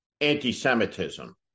anti-Semitism